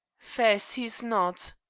faix, he's not.